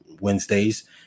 wednesdays